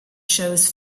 shows